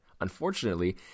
Unfortunately